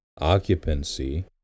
occupancy